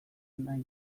nahi